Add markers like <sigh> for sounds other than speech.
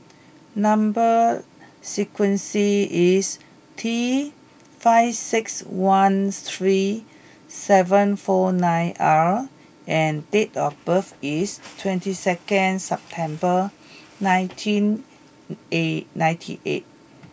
number sequence is T five six one three seven four nine R and date of birth is <noise> twenty second September nineteen eight ninety eight